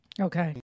Okay